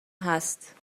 هست